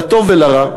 לטוב ולרע,